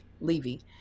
Levy